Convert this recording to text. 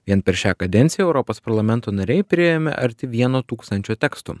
vien per šią kadenciją europos parlamento nariai priėmė arti vieno tūkstančio tekstų